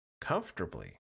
comfortably